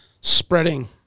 spreading